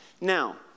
Now